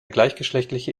gleichgeschlechtliche